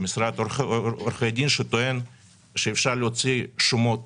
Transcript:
משרד עורכי דין שטוען שאפשר להוציא שומות